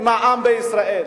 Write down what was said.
עם העם בישראל.